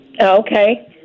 Okay